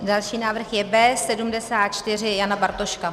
Další návrh je B74 Jana Bartoška.